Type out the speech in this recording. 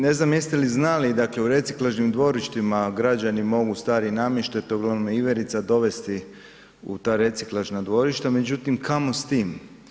Ne znam jeste li znali, dakle u reciklažnim dvorištima građani mogu stari namještaj, to je uglavnom iverica, dovesti u ta reciklažna dvorišta, međutim kamo s tim.